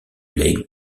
legs